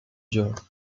york